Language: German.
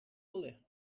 wolle